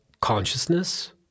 consciousness